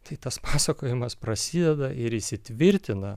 tai tas pasakojimas prasideda ir įsitvirtina